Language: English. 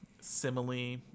simile